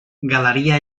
galeria